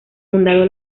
fundado